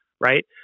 right